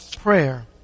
prayer